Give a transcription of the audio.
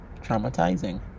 traumatizing